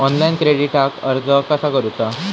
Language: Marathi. ऑनलाइन क्रेडिटाक अर्ज कसा करुचा?